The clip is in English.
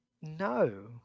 no